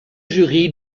jury